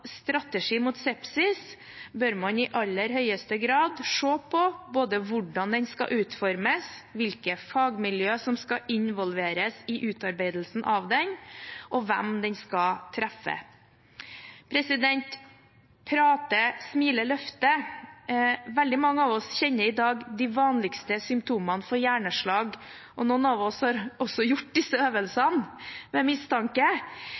strategi mot sepsis bør man i aller høyeste grad se på, både hvordan den skal utformes, hvilke fagmiljøer som skal involveres i utarbeidelsen av den, og hvem den skal treffe. Prate, smile, løfte – veldig mange av oss kjenner i dag de vanligste symptomene på hjerneslag, og noen av oss har også gjort disse øvelsene ved mistanke.